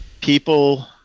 people